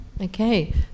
Okay